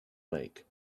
lake